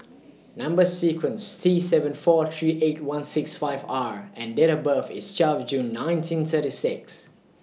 Number sequence IS T seven four three eight one six five R and Date of birth IS twelve June nineteen thirty six